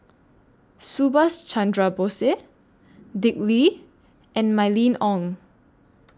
Subhas Chandra Bose Dick Lee and Mylene Ong